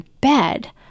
bed